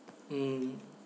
mm